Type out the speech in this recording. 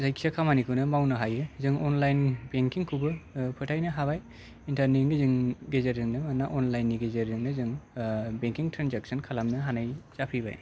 जायखिया खामानिखौनो मावनो हायो जों अनलाइन बेंकिंखौबो फोथायनो हाबाय इन्टारनेटनि गेजरजों गेजेरजोंनो ना अनलाइननि गेजेरजोंनो जों बेंकिं ट्रेनजाक्सन खालामनो हानाय जाफैबाय